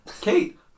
Kate